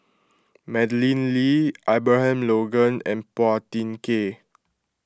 Madeleine Lee Abraham Logan and Phua Thin Kiay